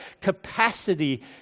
capacity